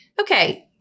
okay